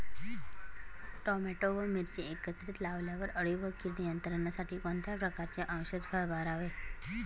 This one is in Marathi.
टोमॅटो व मिरची एकत्रित लावल्यावर अळी व कीड नियंत्रणासाठी कोणत्या प्रकारचे औषध फवारावे?